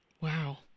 wow